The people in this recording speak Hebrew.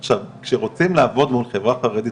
כשרוצים לעבוד מול החברה חרדית,